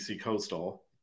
Coastal